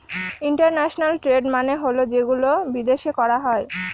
international trade মানে হল যেগুলো বিদেশে করা হয়